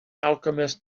alchemist